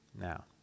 Now